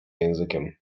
językiem